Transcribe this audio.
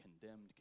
condemned